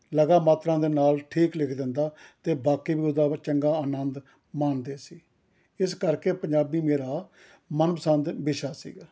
ਲਗਾ ਮਾਤਰਾ ਦੇ ਨਾਲ ਠੀਕ ਲਿਖ ਦਿੰਦਾ ਅਤੇ ਬਾਕੀ ਵੀ ਉਸਦਾ ਚੰਗਾ ਆਨੰਦ ਮਾਣਦੇ ਸੀ ਇਸ ਕਰਕੇ ਪੰਜਾਬੀ ਮੇਰਾ ਮਨਪਸੰਦ ਵਿਸ਼ਾ ਸੀਗਾ